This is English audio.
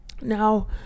Now